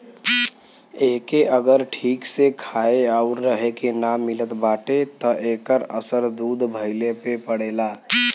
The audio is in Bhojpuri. एके अगर ठीक से खाए आउर रहे के ना मिलत बाटे त एकर असर दूध भइले पे पड़ेला